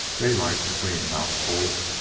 daylight, between mouthfuls,